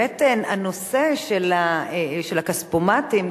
באמת הנושא של הכספומטים,